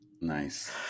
Nice